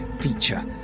feature